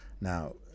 Now